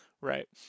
Right